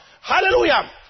Hallelujah